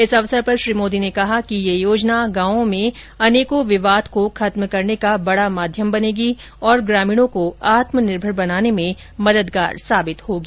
इस अवसर पर श्री मोदी ने कहा कि यह योजना गांवों में अनेकों विवादों को खत्म करने का बड़ा माध्यम बनेगी और ग्रामीणों को आत्मनिर्भर बनाने में मददगार साबित होगी